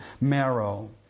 marrow